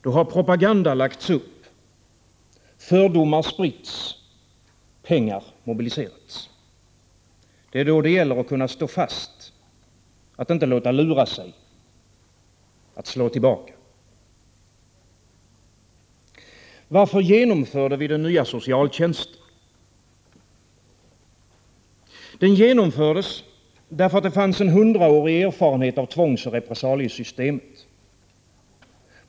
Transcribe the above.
Då har propaganda lagts upp, fördomar spritts, pengar mobiliserats. Det är då det gäller att stå fast, att inte låta lura sig, att slå tillbaka. Varför genomförde vi den nya socialtjänsten? Den genomfördes därför att det fanns en hundraårig erfarenhet av tvångsoch repressaliesystemet.